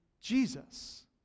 Jesus